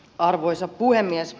arvoisa puhemies